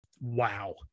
Wow